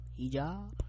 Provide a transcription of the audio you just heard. hijab